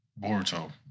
Boruto